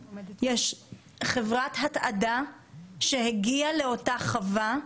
יש חברת התעדה שהגיעה לאותה חווה,